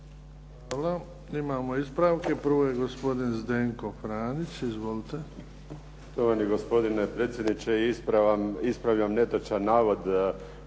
Hvala. Imamo ispravke. Prvo je gospodin Zdenko Franić. Izvolite.